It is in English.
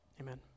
Amen